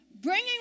bringing